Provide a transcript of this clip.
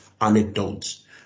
anecdotes